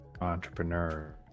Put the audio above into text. entrepreneur